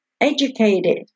educated